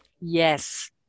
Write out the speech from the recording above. Yes